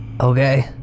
Okay